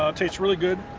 ah tastes really good.